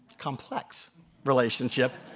complex relationship